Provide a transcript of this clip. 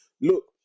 look